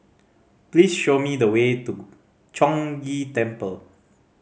please show me the way to Chong Ghee Temple